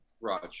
Raj